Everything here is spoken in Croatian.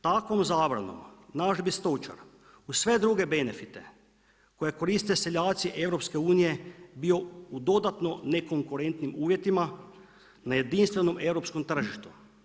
Takvom zabranom naš bi stočar uz sve druge benefite, koje koriste seljaci EU-a bio u dodatno nekonkurentnim uvjetima na jedinstvenom europskom tržištu.